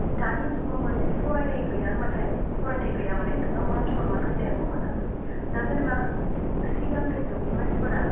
दानि जुगाव माने फरायनाय गैया होनबाथाय फरायनाय गैया माने नोहा मान सम्मान होननायाबो मोना दा जेनेबा सिगांनि जुगनि मानसिफोरा